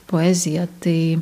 poeziją tai